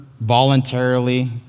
voluntarily